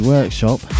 Workshop